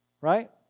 Right